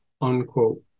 unquote